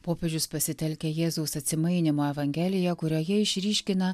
popiežius pasitelkia jėzaus atsimainymo evangelija kurioje išryškina